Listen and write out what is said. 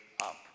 up